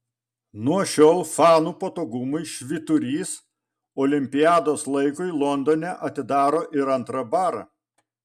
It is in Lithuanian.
nuo šiol fanų patogumui švyturys olimpiados laikui londone atidaro ir antrą barą